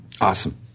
awesome